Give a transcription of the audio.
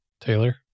Taylor